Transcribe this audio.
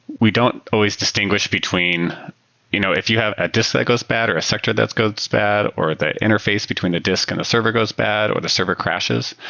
we don't always distinguish between you know if you have a disk that goes bad or a sector that goes bad or the interface between the disk and the server goes bad or the server crashes.